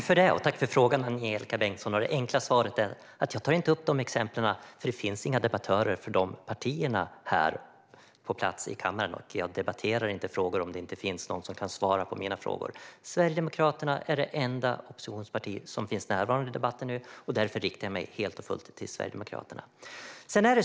Herr talman! Tack för frågan, Angelika Bengtsson! Det enkla svaret är att jag inte tar upp de exemplen eftersom det inte finns några debattörer från de partierna på plats här i kammaren. Jag debatterar inte om det inte finns någon som kan besvara mina frågor. Sverigedemokraterna är det enda oppositionsparti som finns närvarande för denna debatt, och därför riktar jag mig helt och hållet till er.